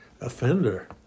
offender